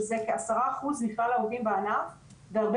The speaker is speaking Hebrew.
שזה כעשרה אחוז מכלל העובדים בענף והרבה